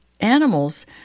animals